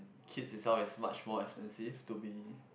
kid itself is much more expensive to be